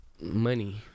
money